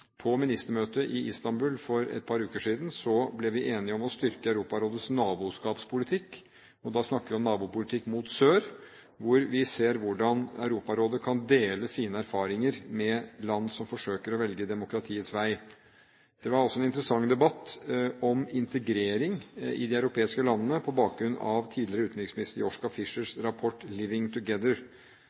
På ministermøtet i Istanbul for et par uker siden ble vi enige om å styrke Europarådets naboskapspolitikk. Da snakker vi om nabopolitikk mot sør, hvor vi ser hvordan Europarådet kan dele sine erfaringer med land som forsøker å velge demokratiets vei. Det var også en interessant debatt om integrering i de europeiske landene, på bakgrunn av tidligere utenriksminister Joschka Fischers rapport